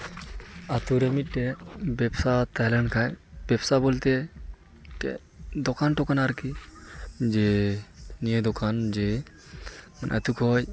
ᱟᱛᱳ ᱨᱮ ᱢᱤᱫᱴᱮᱡ ᱵᱮᱵᱽᱥᱟ ᱛᱟᱦᱮᱸ ᱞᱮᱱᱠᱷᱟᱡ ᱵᱮᱵᱽᱥᱟ ᱵᱚᱞᱛᱮ ᱢᱤᱫᱴᱮᱡ ᱫᱳᱠᱟᱱ ᱴᱚᱠᱟᱱ ᱟᱨᱠᱤ ᱡᱮ ᱱᱤᱭᱟᱹ ᱫᱚᱠᱟᱱ ᱡᱮ ᱟᱛᱳ ᱠᱷᱚᱡ